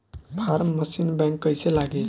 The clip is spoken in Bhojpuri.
फार्म मशीन बैक कईसे लागी?